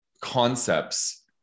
concepts